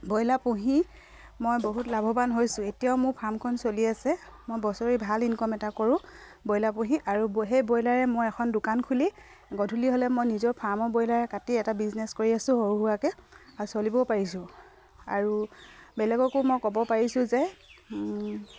broiler পুহি মই বহুত লাভৱান হৈছোঁ এতিয়াও মোৰ ফাৰ্মখন চলি আছে মই বছৰি ভাল ইনকম এটা কৰোঁ ব্ৰইলাৰ পুহি আৰু সেই ব্ৰইলাৰে মই এখন দোকান খুলি গধূলি হ'লে মই নিজৰ ফাৰ্মৰ ব্ৰইলাৰ কাটি এটা বিজনেছ কৰি আছোঁ সৰু সুৰাকে আৰু চলিবও পাৰিছোঁ আৰু বেলেগকো মই ক'ব পাৰিছোঁ যে